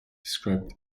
described